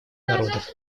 народов